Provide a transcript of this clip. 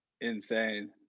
insane